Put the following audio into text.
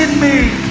and me.